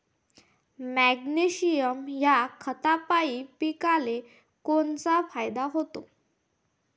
Magnesium ह्या खतापायी पिकाले कोनचा फायदा होते?